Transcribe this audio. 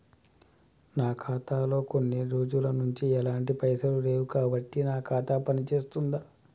నా ఖాతా లో కొన్ని రోజుల నుంచి ఎలాంటి పైసలు లేవు కాబట్టి నా ఖాతా పని చేస్తుందా?